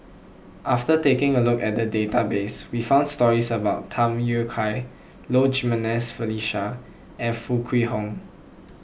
After taking a look at the database we found stories about Tham Yui Kai Low Jimenez Felicia and Foo Kwee Horng